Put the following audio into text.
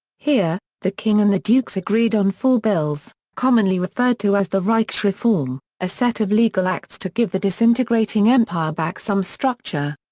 here, the king and the dukes agreed on four bills, commonly referred to as the reichsreform a set of legal acts to give the disintegrating empire back some structure.